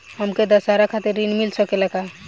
हमके दशहारा खातिर ऋण मिल सकेला का?